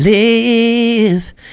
Live